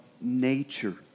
nature